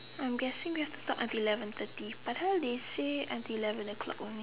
I'm guessing we have to talk until eleven thirty but how they say until eleven o'clock only